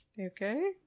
Okay